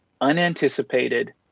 unanticipated